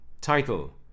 Title